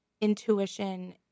intuition